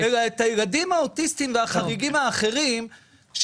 אלא את הילדים האוטיסטים והחריגים האחרים,